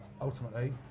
ultimately